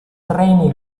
treni